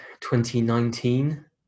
2019